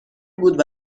بود